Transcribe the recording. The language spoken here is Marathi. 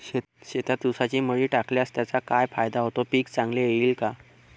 शेतात ऊसाची मळी टाकल्यास त्याचा काय फायदा होतो, पीक चांगले येईल का?